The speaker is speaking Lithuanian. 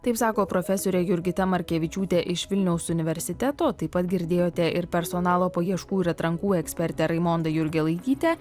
taip sako profesorė jurgita markevičiūtė iš vilniaus universiteto taip pat girdėjote ir personalo paieškų ir atrankų ekspertę raimondą jurgelaitytę